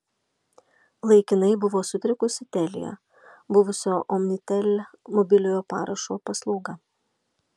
laikinai buvo sutrikusi telia buvusio omnitel mobiliojo parašo paslauga